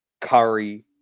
Curry